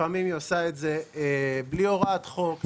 לפעמים היא עושה את זה בלי הוראת חוק;